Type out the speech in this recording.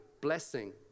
blessing